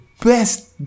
best